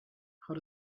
how